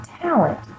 talent